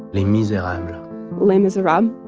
les miserables les miserables.